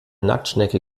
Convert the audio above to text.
nacktschnecke